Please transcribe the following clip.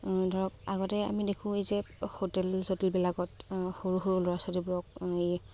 ধৰক আগতে আমি দেখোঁ এই যে হোটেল চোটেল বিলাকত সৰু সৰু ল'ৰা ছোৱালীবোৰক